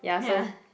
ya